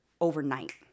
overnight